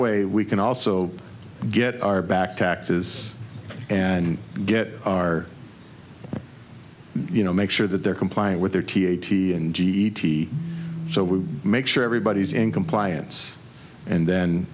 way we can also get our back taxes and get our you know make sure that they're complying with their t a t and g e t so we make sure everybody's in compliance and then